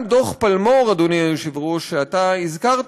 גם דוח פלמור, אדוני היושב-ראש, שאתה הזכרת,